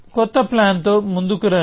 కొత్త ప్లాన్ తో ముందుకురండి